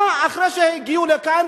אחרי שהגיעו לכאן,